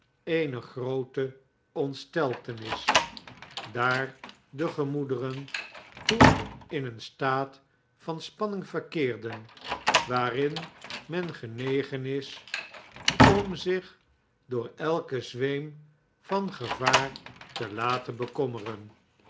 eene groote ontsteltenis daar de gemoederen toen in eert staat van spanning verkeerden waarin men genegen is om zich door elken zweem van gevaar te laten